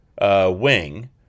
wing